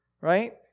right